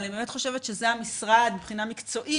אבל אני חושבת שזה המשרד מבחינה מקצועית,